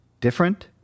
different